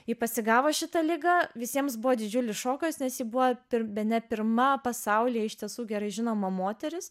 ji pasigavo šitą ligą visiems buvo didžiulis šokas nes ji buvo bene pirma pasaulyje iš tiesų gerai žinoma moteris